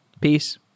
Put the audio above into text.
Peace